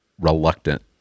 reluctant